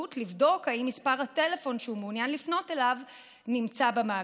לבדוק אם מספר הטלפון שהוא מעוניין לפנות אליו נמצא במאגר.